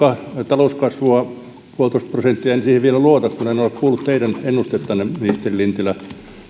talouskasvua yksi pilkku viisi prosenttia en siihen vielä luota kun en ole ole kuullut teidän ennustettanne ministeri lintilä